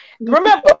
Remember